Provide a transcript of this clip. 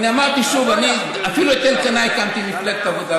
אמרתי, אפילו את אלקנה הקמתי עם מפלגת העבודה.